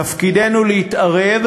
תפקידנו להתערב,